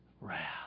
wrath